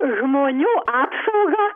žmonių apsauga